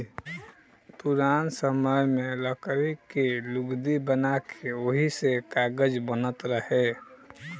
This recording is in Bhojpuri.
पुरान समय में लकड़ी के लुगदी बना के ओही से कागज बनत रहे